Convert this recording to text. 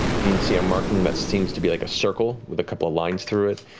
you can see a marking that seems to be like a circle with a couple of lines through it.